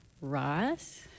Ross